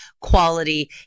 quality